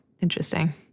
Interesting